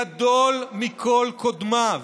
גדול מכל קודמיו.